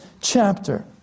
chapter